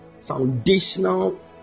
foundational